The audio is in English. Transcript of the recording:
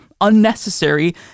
unnecessary